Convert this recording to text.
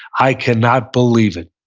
i cannot believe it.